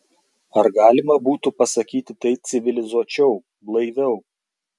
ar galima būtų pasakyti tai civilizuočiau blaiviau